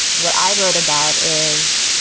what i wrote about is,